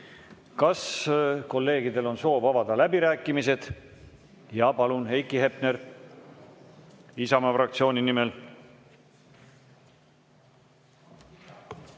Kas kolleegidel on soov avada läbirääkimised? Palun, Heiki Hepner Isamaa fraktsiooni nimel!